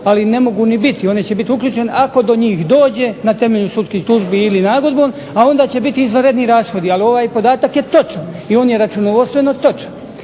ali ne mogu ni biti, one će biti uključene ako do njih dođe na temelju sudskih tužbi ili nagodbom, a onda će biti izvanredni rashodi, ali ovaj podatak je točan, i on je računovodstveno točan.